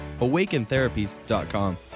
awakentherapies.com